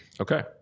Okay